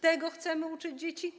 Tego chcemy uczyć dzieci?